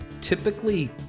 typically